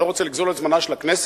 אני לא רוצה לגזול את זמנה של הכנסת.